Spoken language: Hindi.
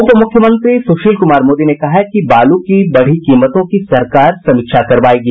उपमुख्यमंत्री सुशील कुमार मोदी ने कहा है कि बालू की बढ़ी कीमतों की सरकार समीक्षा करवायेगी